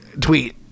tweet